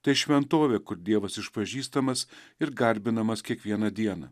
tai šventovė kur dievas išpažįstamas ir garbinamas kiekvieną dieną